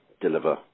deliver